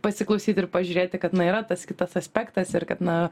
pasiklausyt ir pažiūrėti kad na yra tas kitas aspektas ir kad na